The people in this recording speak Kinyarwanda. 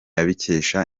abikesha